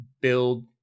build